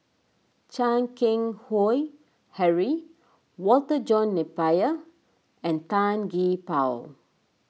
Chan Keng Howe Harry Walter John Napier and Tan Gee Paw